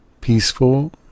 peaceful